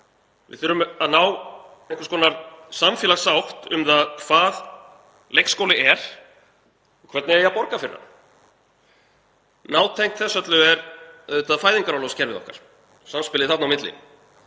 Við þurfum að ná einhvers konar samfélagssátt um það hvað leikskóli er og hvernig eigi að borga fyrir hann. Nátengt þessu öllu er auðvitað fæðingarorlofskerfið okkar, samspilið þarna á milli.